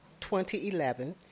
2011